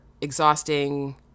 exhausting